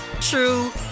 true